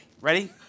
ready